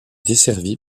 desservie